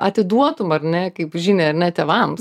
atiduotum ar ne kaip žinią ar ne tėvams